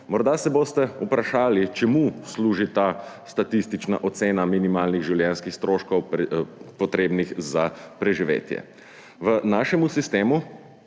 Morda se boste vprašali, čemu služi ta statistična ocena minimalnih življenjskih stroškov, potrebnih za preživetje. V našem sistemu